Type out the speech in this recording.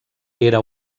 era